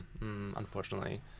Unfortunately